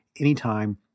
anytime